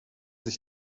sich